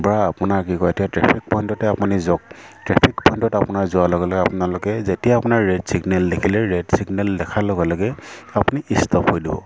বা আপোনাৰ কি কয় এতিয়া ট্ৰেফিক পইণ্টতে আপুনি যাওক ট্ৰেফিক পইণ্টত আপোনাৰ যোৱাৰ লগে লগে আপোনালোকে যেতিয়া আপোনাৰ ৰেড ছিগনেল দেখিলে ৰেড ছিগনেল দেখাৰ লগে লগে আপুনি ষ্টপ হৈ দিব